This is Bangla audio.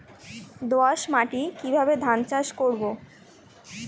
দোয়াস মাটি কিভাবে ধান চাষ করব?